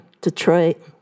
Detroit